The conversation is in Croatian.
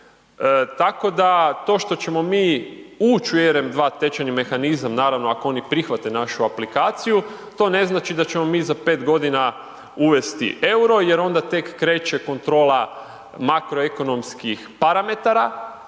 tako da to što ćemo mi ući u ERM 2 tečajni mehanizam, naravno ako oni prihvate našu aplikaciju, to ne znači da ćemo mi za 5 g. uvesti euro jer onda tek kreće kontrola makroekonomskih parametara